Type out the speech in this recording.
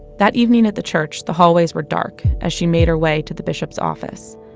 that evening at the church, the hallways were dark as she made her way to the bishop's office